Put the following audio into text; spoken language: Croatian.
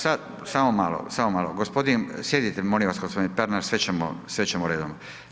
Sad, samo malo, samo malo, gospodin, sjedite molim vas gospodine Pernar sve ćemo redom.